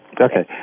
Okay